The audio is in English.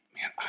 man